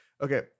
Okay